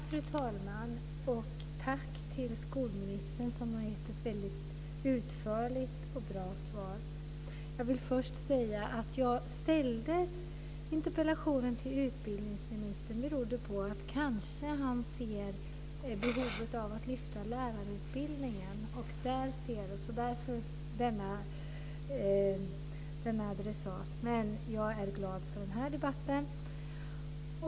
Fru talman! Tack till skolministern som har gett ett väldigt utförligt och bra svar. Jag vill först säga att anledningen till att jag ställde interpellationen till utbildningsministern var att kanske han ser behovet av att lyfta upp lärarutbildningen, därav denna adressat. Men jag är glad för den här debatten.